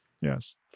Yes